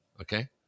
Okay